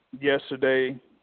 yesterday